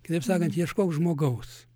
kitaip sakant ieškok žmogaus